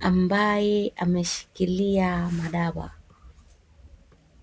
ambaye ameshikilia madawa.